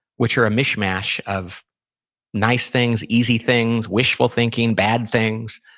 which are a mishmash of nice things, easy things, wishful thinking, bad things.